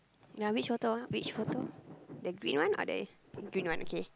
ya which photo ah which photo the green one or that green one okay